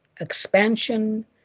expansion